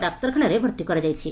ଡାକ୍ତରଖାନାରେ ଭର୍ତି କରାଯାଇଛି